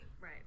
Right